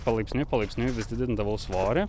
palaipsniui palaipsniui vis didindavau svorį